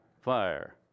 Fire